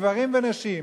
גברים ונשים,